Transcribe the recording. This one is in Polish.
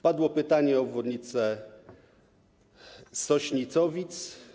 Padło pytanie o obwodnicę Sośnicowic.